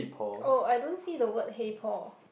oh I don't see the word hey Paul